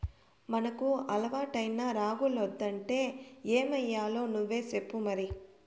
మనకు అలవాటైన రాగులొద్దంటే ఏమయ్యాలో నువ్వే సెప్పు మరి